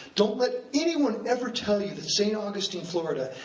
don't let anyone ever tell you that st augustine, florida,